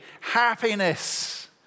Happiness